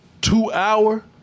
two-hour